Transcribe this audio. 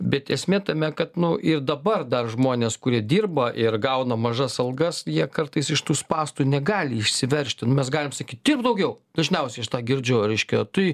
bet esmė tame kad nu ir dabar dar žmonės kurie dirba ir gauna mažas algas jie kartais iš tų spąstų negali išsiveržti nu mes galim sakyt dirbk daugiau dažniausiai iš tą girdžiu reiškia tai